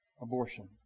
abortion